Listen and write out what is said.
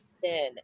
sin